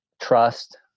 trust